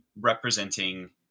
representing